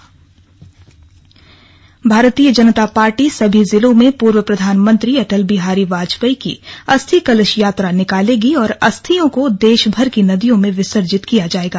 अस्थि कलश भारतीय जनता पार्टी सभी जिलों में पूर्व प्रधानमंत्री अटल बिहारी वाजपेयी की अस्थि कलश यात्रा निकालेगी और अस्थियों को देश भर की नदियों में विसर्जित किया जाएगा